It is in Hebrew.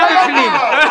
אתה בפנים.